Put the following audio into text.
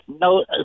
No